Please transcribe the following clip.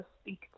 speak